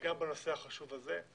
וגם בנושא החשוב הזה.